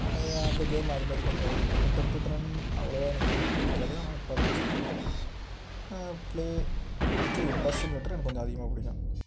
அது அந்த கேம் அது மாதிரி கொஞ்சம் ஓடிகிட்டு இருக்கும் டெம்புட் ரன் அவ்வளோவா எனக்கு பிடிக்காது ஆனால் பப்ஜி ப்ளே இது பஸ் சிமுலேட்டர் எனக்கு கொஞ்சம் அதிகமாக பிடிக்கும்